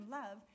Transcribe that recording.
love